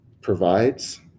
provides